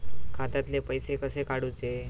खात्यातले पैसे कसे काडूचे?